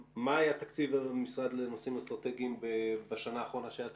מה היה תקציב המשרד לנושאים אסטרטגיים בשנה האחרונה שהיה תקציב,